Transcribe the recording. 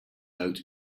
out